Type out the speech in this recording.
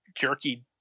jerky